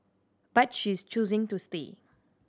but she is choosing to stay